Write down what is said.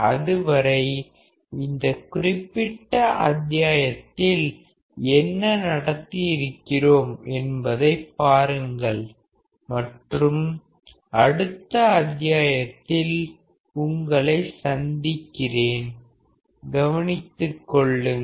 அதுவரை இந்தக் குறிப்பிட்ட அத்தியாயத்தில் என்ன நடத்தியிருக்கிறோம் என்பதைப் பாருங்கள் மற்றும் அடுத்த அத்தியாயத்தில் உங்களை சந்திக்கிறேன் வருகிறேன் உங்களை கவனித்துக் கொள்ளுங்கள்